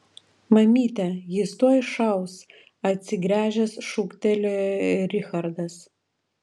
mamyte jis tuoj šaus atsigręžęs šūktelėjo richardas